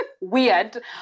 weird